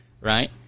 right